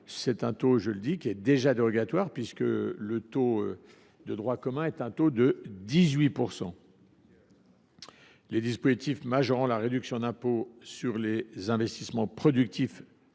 Or le taux actuel est déjà dérogatoire, puisque le taux de droit commun est de 18 %. Les dispositifs majorant la réduction d’impôt sur les investissements productifs